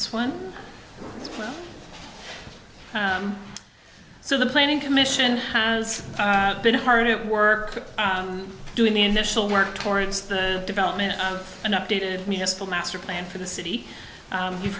this one so the planning commission has been hard at work doing the initial work towards the development of an updated municipal master plan for the city you've